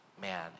man